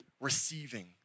receiving